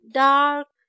dark